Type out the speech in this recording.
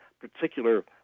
particular